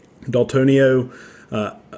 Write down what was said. daltonio